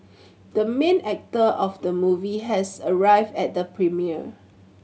the main actor of the movie has arrived at the premiere